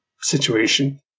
situation